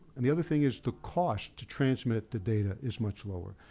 and the other thing is, the cost to transmit the data is much lower.